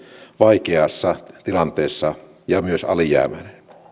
vaikeassa tilanteessa ja myös alijäämäinen